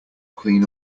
clean